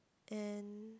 and